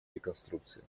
реконструкции